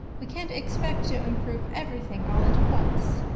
we can't expect to improve everything all at once.